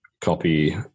copy